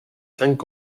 cinq